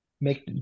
make